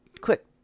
quick